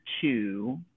two